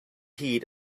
heat